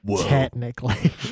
technically